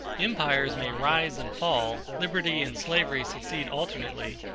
empires may rise and fall, liberty and slavery succeed alternately,